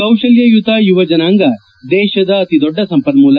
ಕೌಶಲ್ಲಯುತ ಯುವ ಜನಾಂಗ ದೇಶದ ಅತಿದೊಡ್ಡ ಸಂಪನ್ನೂಲ